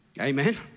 Amen